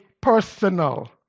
personal